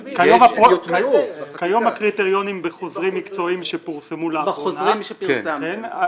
כיום הקריטריונים בחוזרים מקצועיים שפורסמו לאחרונה,